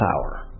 power